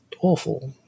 awful